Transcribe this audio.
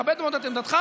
מכבד מאוד את עמדתך.